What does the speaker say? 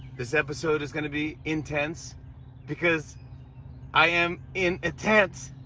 this episode is gonna be intense because i am in a tent!